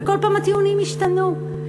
וכל פעם הטיעונים השתנו.